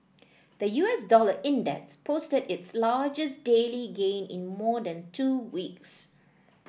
the U S dollar index posted its largest daily gain in more than two weeks